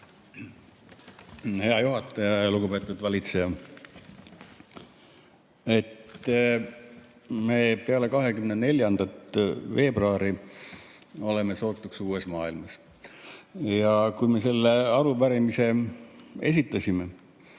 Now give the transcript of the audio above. Hea juhataja! Lugupeetud valitseja! Me oleme peale 24. veebruari sootuks uues maailmas. Kui me selle arupärimise esitasime,